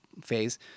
phase